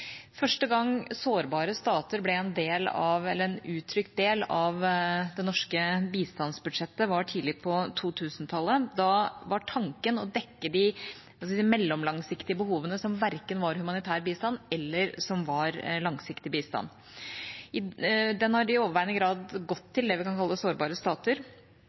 Første gang sårbare stater ble en uttrykt del av det norske bistandsbudsjettet, var tidlig på 2000-tallet. Da var tanken å dekke de mellomlangsiktige behovene som verken var humanitær bistand eller var langsiktig bistand. Den har i overveiende grad gått til det vi kan kalle sårbare stater.